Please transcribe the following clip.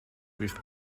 with